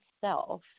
self